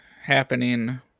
happening